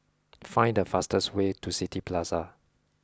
find the fastest way to City Plaza